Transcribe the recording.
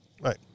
Right